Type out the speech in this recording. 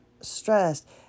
stressed